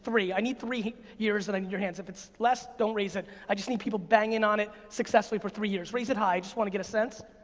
three, i need three years, and i need your hands. if it's less, don't raise it. i just need people banging on it successfully for three years. raise it high, i just wanna get a sense.